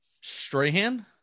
Strahan